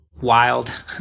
wild